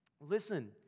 Listen